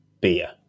beer